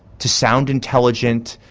to sound intelligent,